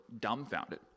dumbfounded